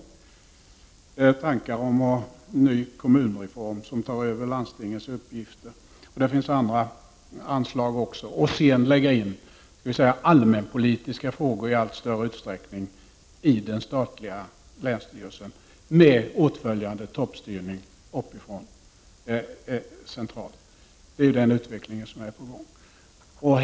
Det finns tankar om en ny kommunreform där man tar över landstingens uppgifter — och det finns också andra anslag, t.ex. att föra in allmänpolitiska frågor i allt större utsträckning i den statliga länsstyrelsen — med åtföljande central toppstyrning. Det är alltså den utvecklingen som är på gång.